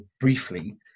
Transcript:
briefly